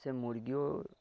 সে মুরগিও